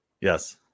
yes